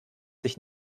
sich